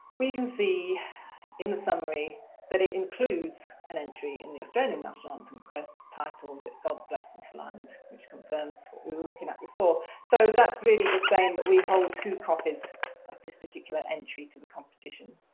we can see in summary that it includes an entry in the australian national anthem quest titled god bless this land which confirms what we were looking at before. so that's really just saying that we hold two copies of this particular entry to the competition.